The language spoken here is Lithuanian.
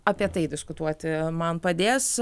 apie tai diskutuoti man padės